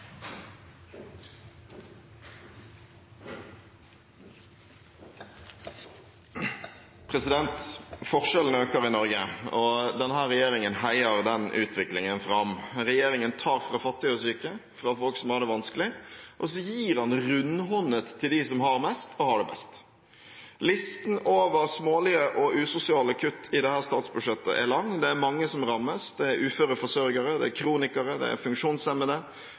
fattige og syke, fra folk som har det vanskelig, og så gir den rundhåndet til dem som har mest og har det best. Listen over smålige og usosiale kutt i dette statsbudsjettet er lang. Det er mange som rammes. Det er uføre forsørgere, det er kronikere, det er funksjonshemmede,